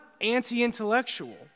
anti-intellectual